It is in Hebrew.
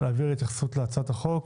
להעביר התייחסות להצעת החוק,